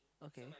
okay